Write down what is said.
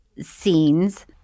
scenes